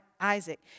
Isaac